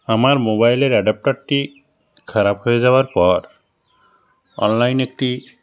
আমার মোবাইলের অ্যাডাপ্টারটি খারাপ হয়ে যাওয়ার পর অনলাইনে একটি